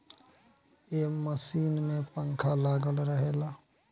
ए machine में पंखा लागल रहेला